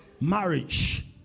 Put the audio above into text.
marriage